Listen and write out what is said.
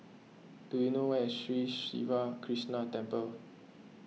do you know where is Sri Siva Krishna Temple